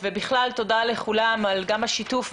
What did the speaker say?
תודה לכולם על השיתוף,